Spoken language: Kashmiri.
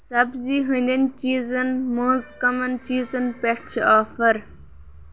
سبزی ہِنٛدٮ۪ن چیٖزن مَنٛز کَمَن چیٖزن پٮ۪ٹھ چھِ آفر